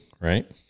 right